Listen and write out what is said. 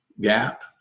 gap